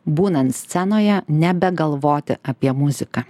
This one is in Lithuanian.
būnant scenoje nebegalvoti apie muziką